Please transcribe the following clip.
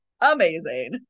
amazing